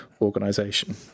organization